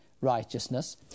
righteousness